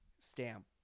stamp